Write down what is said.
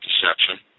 deception